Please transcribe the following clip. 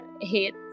hit